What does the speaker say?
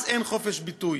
אז אין חופש ביטוי.